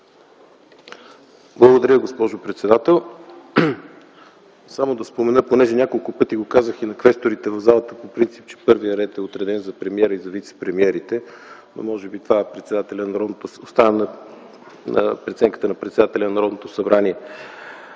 Благодаря, госпожо председател. Само да спомена, понеже няколко пъти го казах и на квесторите в залата, по принцип, че първият ред е отреден за премиера и за вицепремиерите. Може би това трябва да оставя